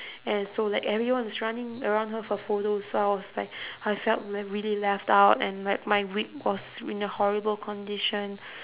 and so like everyone is running around her for photos so I was like I felt like really left out and like my rib was in a horrible condition